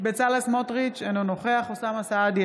בצלאל סמוטריץ' אינו נוכח אוסאמה סעדי,